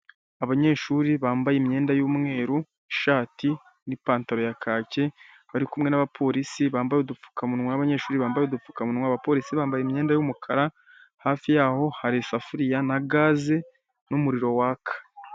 Abanyeshuri bambaye imyenda y'umweru ishati n'ipantaro ya kacyi, barikumwe n'abapolisi bambaye udupfukamunwa n'abanyeshuri bambaye udupfukamunwa, abapolisi bambaye imyenda y'umukara hafi yaho hari isafuriya na gaze n'umuriro waka.